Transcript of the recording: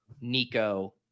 Nico